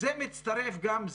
זה מצטרף גם,